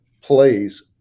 plays